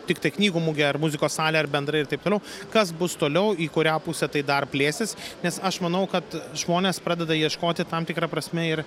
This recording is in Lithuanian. tiktai knygų mugė ar muzikos salė ar bendrai ir taip toliau kas bus toliau į kurią pusę tai dar plėsis nes aš manau kad žmonės pradeda ieškoti tam tikra prasme ir